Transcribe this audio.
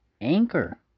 Anchor